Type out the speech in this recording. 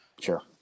Sure